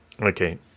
Okay